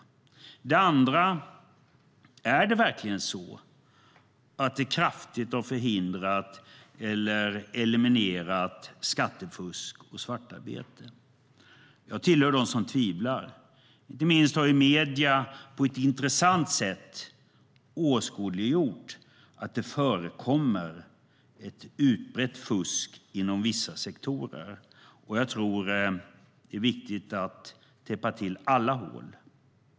För det andra: Är det verkligen så att det kraftigt har förhindrat eller eliminerat skattefusk och svartarbete? Jag tillhör dem som tvivlar. Inte minst har media på ett intressant sätt åskådliggjort att det förekommer ett utbrett fusk inom vissa sektorer. Det viktigt att täppa till alla hål.